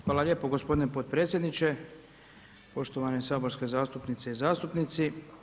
Hvala lijepo gospodine potpredsjedniče, poštovane saborske zastupnice i zastupnici.